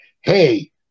Hey